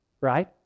right